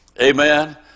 Amen